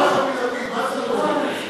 אבי, מה זה לא, ?